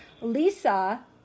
Lisa